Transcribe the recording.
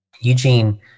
Eugene